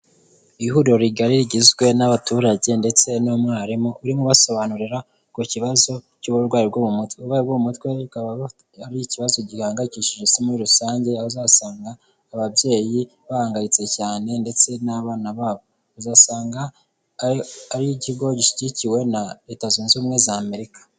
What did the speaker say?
Ihuriro rigari rigizwe n'abaturage ndetse n'umwarimu, urimo ubasobanurira ku kibazo cy'uburwayi bwo mu mutwe. Uburwayi bwo mu mutwe bukaba ari ikibazo gihangayikishije Isi muri rusange, aho uzasanga ababyeyi bahangayitse cyane ndetse n'abana babo, uzasanga ari ikigo gishyigikiwe na Leta zunze Ubumwe za Amerika.